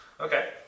Okay